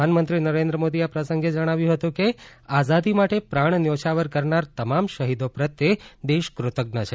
પ્રધાનમંત્રી નરેન્દ્ર મોદી એ આ પ્રસંગે જણાવ્યુ હતું કે આઝાદી માટે પ્રાણ ન્યોછાવર કરનાર તમામ શહીદો પ્રત્યે દેશ ફતઝન છે